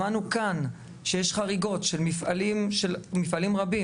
שמענו כאן שיש חריגות של מפעלים רבים.